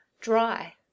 dry